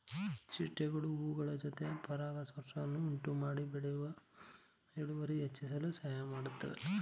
ಚಿಟ್ಟೆಗಳು ಹೂಗಳ ಜೊತೆ ಪರಾಗಸ್ಪರ್ಶವನ್ನು ಉಂಟುಮಾಡಿ ಬೆಳೆಯ ಇಳುವರಿ ಹೆಚ್ಚಿಸಲು ಸಹಾಯ ಮಾಡುತ್ತೆ